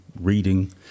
reading